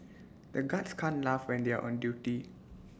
the guards can't laugh when they are on duty